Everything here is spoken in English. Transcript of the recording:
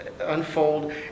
unfold